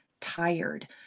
tired